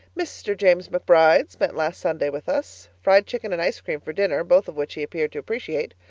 mr. james mcbride spent last sunday with us. fried chicken and ice-cream for dinner, both of which he appeared to appreciate.